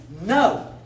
No